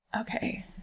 okay